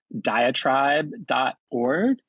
diatribe.org